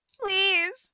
please